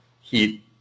heat